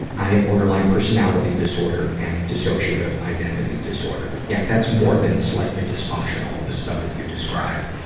i have borderline personality disorder and dissociative identity disorder. yeah, that's more than slightly dysfunctional, the stuff that you described,